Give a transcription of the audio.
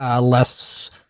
less